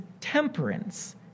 temperance